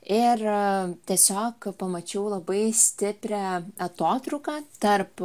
ir tiesiog pamačiau labai stiprią atotrūką tarp